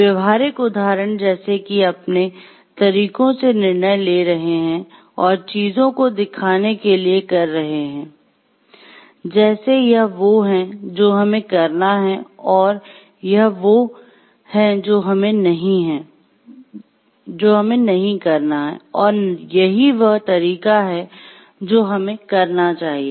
व्यवहारिक उदाहरण जैसे कि वे अपने तरीकों से निर्णय ले रहे हैं और चीजों को दिखाने के लिए कर रहे हैं जैसे यह वो है जो हमें करना है और यह वो है जो हमें नहीं है और यही वह तरीका है जो हमें करना चाहिए